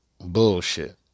bullshit